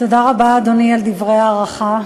תודה רבה, אדוני, על דברי ההערכה.